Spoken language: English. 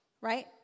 right